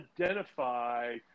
identify